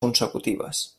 consecutives